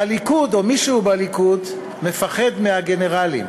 הליכוד או מישהו בליכוד מפחד מהגנרלים.